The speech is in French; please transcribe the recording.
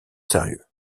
sérieux